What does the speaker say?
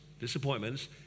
disappointments